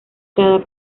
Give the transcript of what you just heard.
cada